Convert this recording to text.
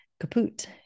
kaput